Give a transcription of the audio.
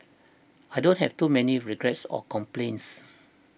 I don't have too many regrets or complaints